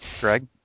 Greg